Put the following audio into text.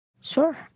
Sure